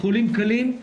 חולים קלים,